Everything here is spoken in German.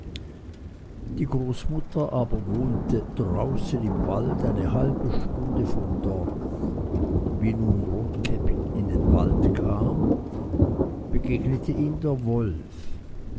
die großmutter aber wohnte draußen im wald eine halbe stunde vom dorf wie nun rotkäppchen in den wald kam begegnete ihm der wolf